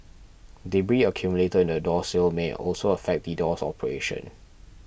debris accumulated in the door sill may also affect the door's operation